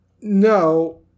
No